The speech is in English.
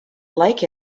like